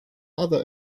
other